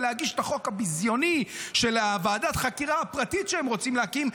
ולהגיש את החוק הביזיוני של ועדת החקירה הפרטית שהם רוצים להקים.